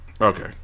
Okay